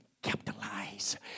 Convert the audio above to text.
Capitalize